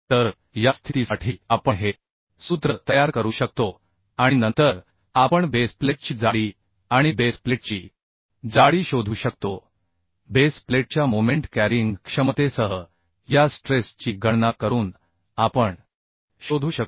तर या स्थितीसाठी आपण हे सूत्र तयार करू शकतो आणि नंतर आपण बेस प्लेटची जाडी आणि बेस प्लेटची जाडी शोधू शकतो बेस प्लेटच्या मोमेंट कॅरींग क्षमतेसह या स्ट्रेस ची गणना करून आपण शोधू शकतो